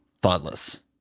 thoughtless